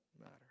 matter